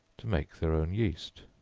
to make their own yeast,